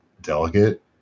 delegate